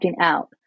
out